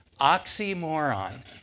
oxymoron